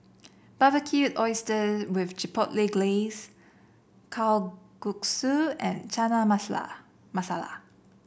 Barbecued Oyster with Chipotle Glaze Kalguksu and Chana Masala Masala